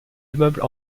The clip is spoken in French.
immeubles